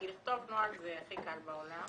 כי לכתוב נוהל זה הכי קל בעולם